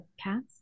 cats